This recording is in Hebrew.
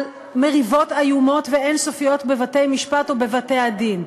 מריבות איומות ואין-סופיות בבתי-משפט או בבתי-הדין.